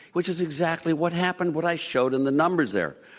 which is exactly what happened, what i showed in the numbers there.